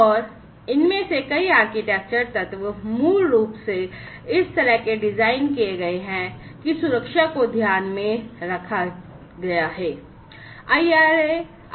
और इनमें से कई आर्किटेक्चर तत्व मूल रूप से इस तरह से डिज़ाइन किए गए हैं कि सुरक्षा को ध्यान में रखा गया है